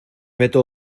meto